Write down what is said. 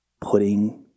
putting